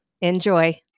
Enjoy